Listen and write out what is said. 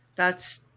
that's.